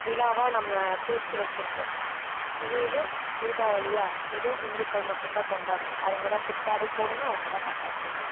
விழாவாக நம்ம பிரித்து வச்சுருக்கோம் இது இது தீபாவளியாக இதை ஹிந்துக்கள் மட்டுந்தான் கொண்டாடணும் அவங்க தான் புத்தாடை போடணும் அவங்க தான் பட்டாசு வெடிக்கணும்